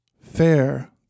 Fair